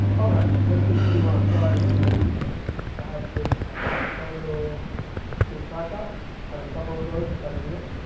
all right, let's continue on. so i mentioned i have the geekoto big tripod. i have a couple of those if i need it.